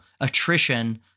attrition